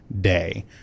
day